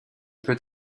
peut